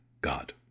God